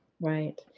Right